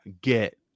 get